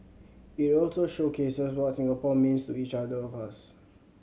it also showcases what Singapore means to each other of us